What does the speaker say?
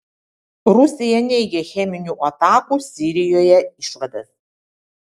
rusija neigia cheminių atakų sirijoje išvadas